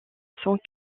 sans